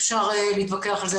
אפשר להתווכח על זה.